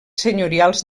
senyorials